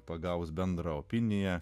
pagaus bendrą opiniją